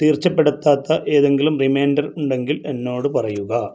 തീർച്ചപ്പെടുത്താത്ത ഏതെങ്കിലും റിമൈന്റര് ഉണ്ടെങ്കില് എന്നോട് പറയുക